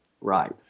Right